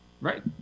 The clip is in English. Right